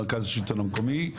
מרכז השלטון המקומי.